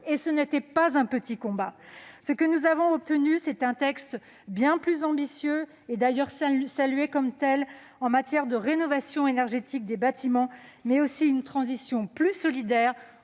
ce qui n'était pas un petit combat. Nous sommes parvenus à un texte bien plus ambitieux, et d'ailleurs salué comme tel, en matière de rénovation énergétique des bâtiments, mais aussi à une transition plus solidaire